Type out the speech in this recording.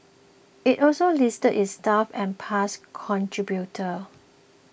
it also listed its staff and past contributors